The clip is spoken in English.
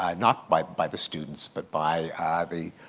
ah not by by the students, but by the